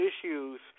issues